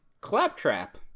claptrap